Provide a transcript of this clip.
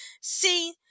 See